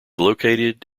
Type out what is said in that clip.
located